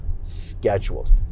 scheduled